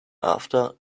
after